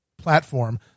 platform